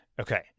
okay